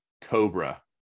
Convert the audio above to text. Cobra